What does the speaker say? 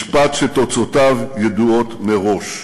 משפט שתוצאותיו ידועות מראש.